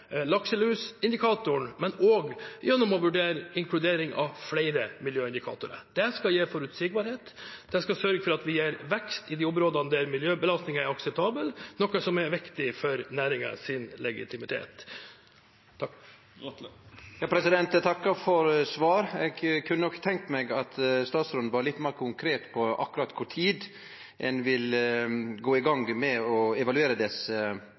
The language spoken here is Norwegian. lakselusindikatoren og også gjennom å vurdere inkludering av flere miljøindikatorer. Det skal gi forutsigbarhet, og det skal sørge for at vi gir vekst i de områdene der miljøbelastningen er akseptabel, noe som er viktig for næringens legitimitet. Eg takkar for svaret. Eg kunne nok tenkt meg at statsråden var litt meir konkret på akkurat kva tid ein vil gå i gang med å evaluere